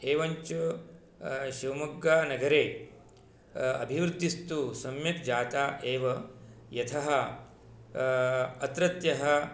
एवञ्च शिवमोग्गानगरे अभिवृद्धिस्तु सम्यक् जाता एव यतः अत्रत्यः